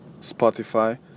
Spotify